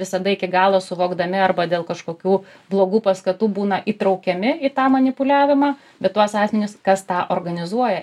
visada iki galo suvokdami arba dėl kažkokių blogų paskatų būna įtraukiami į tą manipuliavimą bet tuos asmenis kas tą organizuoja